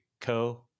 co